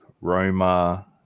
Roma